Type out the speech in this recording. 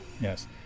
yes